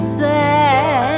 say